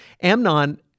Amnon